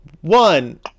One